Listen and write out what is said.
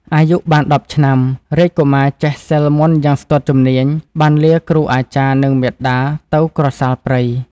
អាយុបាន១០ឆ្នាំ រាជកុមារចេះសិល្ប៍មន្តយ៉ាងស្ទាត់ជំនាញបានលាគ្រូអាចារ្យ និងមាតាទៅក្រសាលព្រៃ។